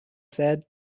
said